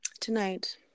Tonight